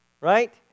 right